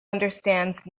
understands